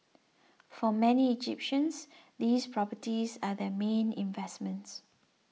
for many Egyptians these properties are their main investments